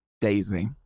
Daisy